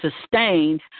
sustained